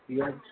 yes